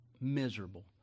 miserable